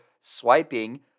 swiping